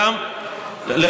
כמה שנים, אדוני?